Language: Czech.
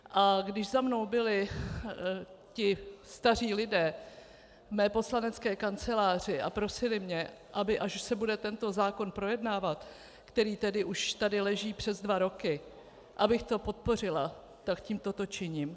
A když za mnou byli ti staří lidé v mé poslanecké kanceláři a prosili mě, aby až se bude tento zákon projednávat, který tady leží už přes dva roky, abych ho podpořila, tak tím toto činím.